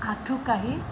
আঠুকাঢ়ি